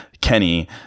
Kenny